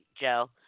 Joe